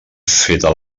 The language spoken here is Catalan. feta